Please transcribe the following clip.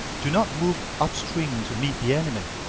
do not move up-stream to meet the enemy.